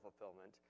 fulfillment